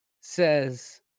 says